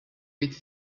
with